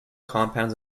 compounds